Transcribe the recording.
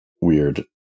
weird